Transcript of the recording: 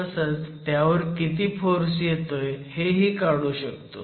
तसंच त्यावर किती फोर्स येतोय हेही काढू शकतो